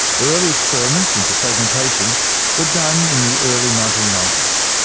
early experiments into fragmentation were done in the early nineteen ninety s.